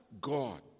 God